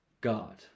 God